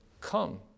come